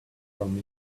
from